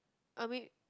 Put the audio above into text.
I mean